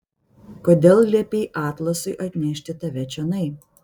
kodėl liepei atlasui atnešti tave čionai